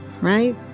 right